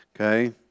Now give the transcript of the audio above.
Okay